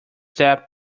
step